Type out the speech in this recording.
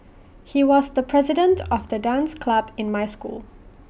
he was the president of the dance club in my school